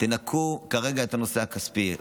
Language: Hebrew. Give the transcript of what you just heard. תנכו כרגע את הנושא הכספי,